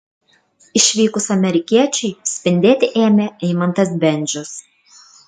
išvykus amerikiečiui spindėti ėmė eimantas bendžius